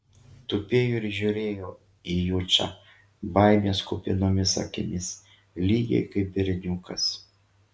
tupėjo ir žiūrėjo į jučą baimės kupinomis akimis lygiai kaip berniukas